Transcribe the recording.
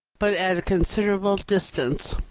but at a considerable distance.